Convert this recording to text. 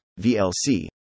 VLC